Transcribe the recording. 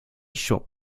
shot